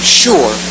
sure